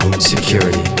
Security